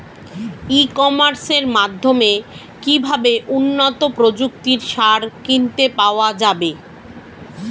ই কমার্সের মাধ্যমে কিভাবে উন্নত প্রযুক্তির সার কিনতে পাওয়া যাবে?